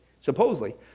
supposedly